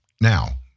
Now